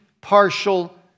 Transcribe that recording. partial